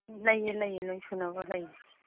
ꯂꯩꯌꯦ ꯂꯩꯌꯦ ꯂꯣꯏ ꯁꯨꯅꯕ ꯂꯩꯌꯦ